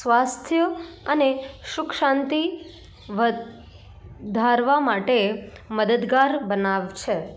સ્વાસ્થ્ય અને સુખ શાંતિ વધારવા માટે મદદગાર બનાવે છે